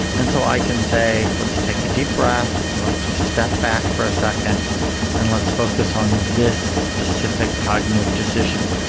and so i can say, let's take a deep breath, let's sort of step back for a second and let's focus on this specific cognitive decision.